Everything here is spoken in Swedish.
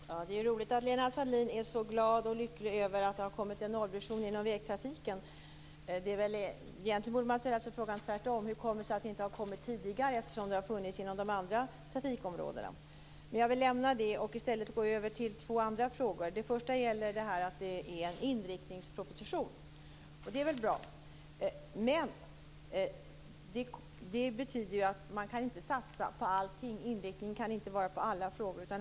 Fru talman! Det är roligt att Lena Sandlin är så glad och lycklig över att det har kommit fram en nollvision i fråga om vägtrafiken. Egentligen borde man fråga sig: Hur kommer det sig att den inte har kommit tidigare eftersom det har funnits en sådan inom övriga trafikområden? Men jag lämnar detta och går i stället över till två andra frågor. Den första frågan gäller detta med att det rör sig om en inriktningsproposition. Det betyder att man inte kan satsa på allting. Inriktningen kan inte omfatta alla frågor.